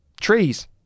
trees